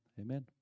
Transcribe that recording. amen